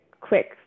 quick